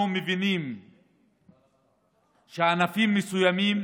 אנחנו מבינים שענפים מסוימים